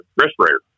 respirator